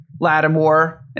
Lattimore